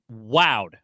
wowed